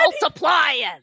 multiplying